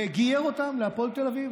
וגייר אותם להפועל תל אביב,